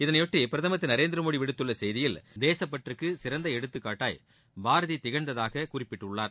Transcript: இதனையொட்டி பிரதமர் திரு நரேந்திர மோடி விடுத்துள்ள செய்தியில் தேச பற்றுக்கு சிறந்த எடுத்துக்காட்டாய் பாரதி திகழ்ந்ததாக குறிப்பிட்டுள்ளார்